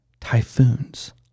typhoons